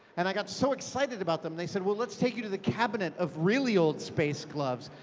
and i got so excited about them. they said well, let's take you to the cabinet of really old space gloves.